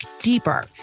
deeper